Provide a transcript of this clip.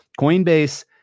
Coinbase